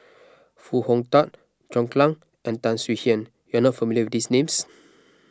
Foo Hong Tatt John Clang and Tan Swie Hian you are not familiar with these names